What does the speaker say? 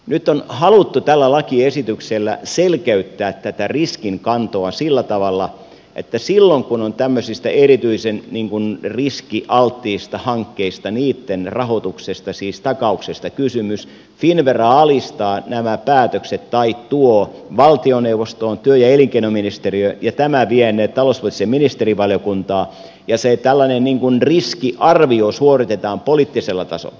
nyt on haluttu tällä lakiesityksellä selkeyttää tätä riskinkantoa sillä tavalla että silloin kun on tämmöisistä erityisen riskialttiista hankkeista niitten rahoituksesta siis takauksesta kysymys finnvera tuo nämä päätökset valtioneuvostoon työ ja elinkeinoministeriöön ja tämä vie ne talouspoliittiseen ministerivaliokuntaan ja tällainen riskiarvio suoritetaan poliittisella tasolla